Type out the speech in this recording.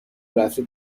رفته